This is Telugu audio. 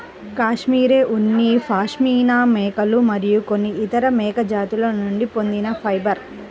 కష్మెరె ఉన్ని పాష్మినా మేకలు మరియు కొన్ని ఇతర మేక జాతుల నుండి పొందిన ఫైబర్